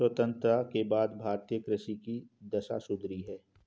स्वतंत्रता के बाद भारतीय कृषि की दशा सुधरी है